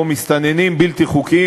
או מסתננים בלתי חוקיים,